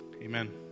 amen